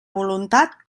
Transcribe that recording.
voluntat